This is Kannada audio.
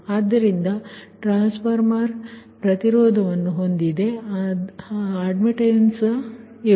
ಆದ್ದರಿಂದ ಟ್ರಾನ್ಸ್ಫಾರ್ಮರ್ ಪ್ರತಿರೋಧವನ್ನು ಹೊಂದಿದೆ ಆದ್ದರಿಂದ ಅಡ್ಮಿಟ್ಟನ್ಸ್ ಸರಿ